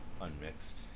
Unmixed